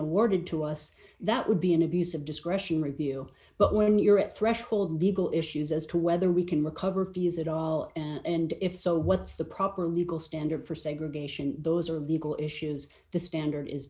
awarded to us that would be an abuse of discretion review but when you're at threshold legal issues as to whether we can recover fees at all and if so what's the proper legal standard for segregation those are the eagle issues the standard is